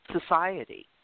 society